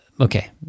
okay